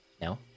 No